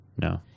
no